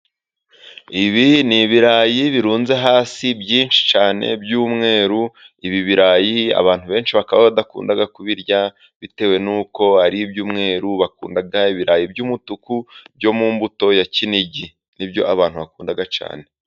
Ibi ni ibirayi birunze hasi byinshi cyane by'umweru. Ibi birayi abantu benshi bakaba badakunda kubirya bitewe n'uko ari ibyumweru. Bakunda ibirayi by'umutuku byo mu mbuto ya kinigi nibyo abantu bakunda cyane.